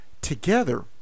together